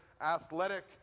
athletic